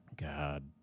God